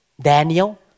Daniel